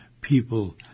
people